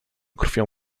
krwią